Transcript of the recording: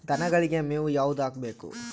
ದನಗಳಿಗೆ ಮೇವು ಯಾವುದು ಹಾಕ್ಬೇಕು?